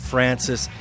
Francis